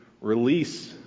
release